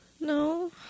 No